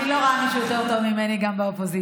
אני לא רואה מישהו יותר טוב ממני גם באופוזיציה,